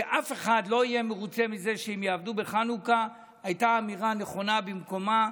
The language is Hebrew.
שאף אחד לא יהיה מרוצה מזה שיעבדו בחנוכה הייתה אמירה נכונה ובמקומה.